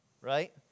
Right